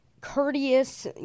courteous